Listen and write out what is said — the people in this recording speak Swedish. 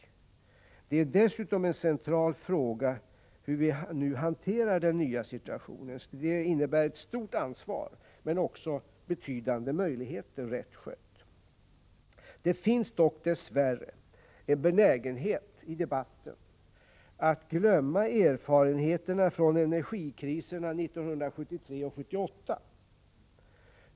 Det är en central fråga hur vi nu hanterar den nya situationen. Den innebär ett stort ansvar, men också, rätt skött, betydande möjligheter. Debattörerna har dock, dess värre, en benägenhet att glömma erfarenheterna från energikriserna 1973 och 1978.